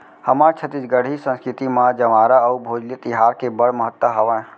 हमर छत्तीसगढ़ी संस्कृति म जंवारा अउ भोजली तिहार के बड़ महत्ता हावय